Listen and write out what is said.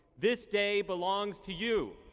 this day belongs to you.